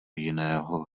jiného